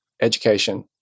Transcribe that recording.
education